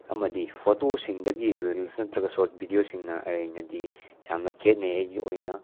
ꯑꯃꯗꯤ ꯐꯣꯇꯣꯁꯤꯡꯗꯒꯤ ꯔꯤꯜꯁ ꯅꯠꯇꯔꯒ ꯁꯣꯔꯠꯁ ꯚꯤꯗꯤꯌꯣꯁꯤꯡ ꯑꯣꯏꯅꯗꯤ ꯌꯥꯝꯅ ꯈꯦꯅꯩ ꯑꯩꯒꯤ ꯑꯣꯏꯅ